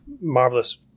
marvelous